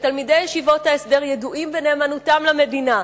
וכשתלמידי ישיבות ההסדר ידועים בנאמנותם למדינה,